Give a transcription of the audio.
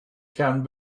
can